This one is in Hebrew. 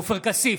עופר כסיף,